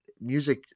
music